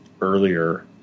earlier